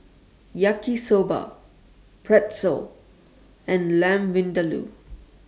Yaki Soba Pretzel and Lamb Vindaloo